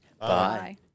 Bye